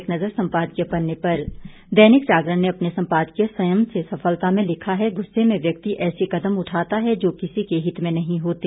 एक नजर संपादकीय पन्ने पर दैनिक जागरण ने अपने संपादकीय संयम से सफलता में लिखा है गुस्से में व्यक्ति ऐसे कदम उठाता है जो किसी के हित में नहीं होते